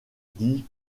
dit